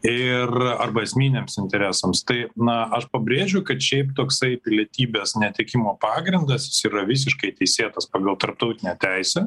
ir arba esminiams interesams tai na aš pabrėžiu kad šiaip toksai pilietybės netekimo pagrindas jis yra visiškai teisėtas pagal tarptautinę teisę